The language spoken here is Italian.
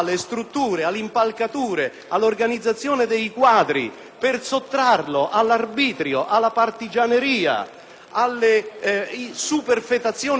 per sottrarla all'arbitrio, alla partigianeria, alle superfetazioni sindacali e quant'altro. In questo caso,